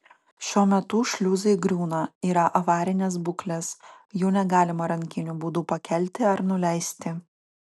šiuo metu šliuzai griūna yra avarinės būklės jų negalima rankiniu būdu pakelti ar nuleisti